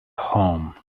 home